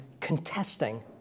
contesting